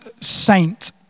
saint